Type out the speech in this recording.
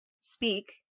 speak